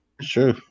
sure